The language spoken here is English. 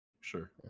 Sure